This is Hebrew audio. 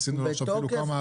עשינו עכשיו אפילו כמה התאמות.